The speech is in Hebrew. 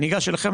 אני ניגש אליכם,